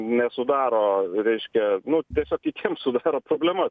nesudaro reiškia nu tiesiog kitiem sudaro problemas